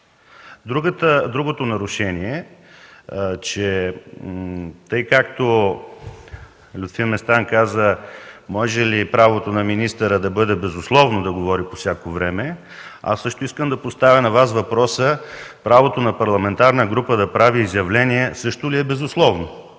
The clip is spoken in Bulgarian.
Другото нарушение е, че тъй както Лютви Местан каза: „Може ли правото на министъра да бъде безусловно да говори по всяко време”, аз също искам да Ви поставя въпрос правото на парламентарна група да прави изявления също ли е безусловно?